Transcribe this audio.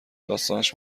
داستانش